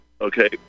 Okay